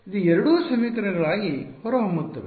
ಇದು ಎರಡು ಸಮೀಕರಣಗಳಾಗಿ ಹೊರಹೊಮ್ಮುತ್ತವೆ